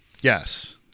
Yes